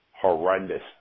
horrendous